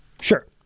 Sure